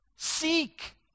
Seek